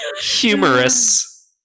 humorous